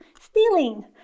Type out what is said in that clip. stealing